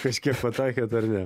kažkiek pataikėt ar ne